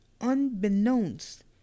Unbeknownst